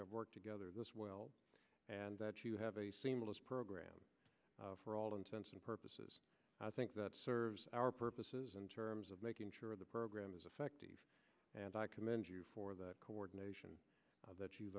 have worked together this well and that you have a seamless program for all intents and purposes i think that serves our purposes in terms of making sure the program is effective and i commend you for the coordination that